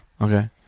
Okay